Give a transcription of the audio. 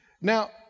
Now